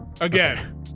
again